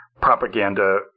propaganda